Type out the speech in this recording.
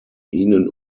ihnen